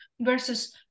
versus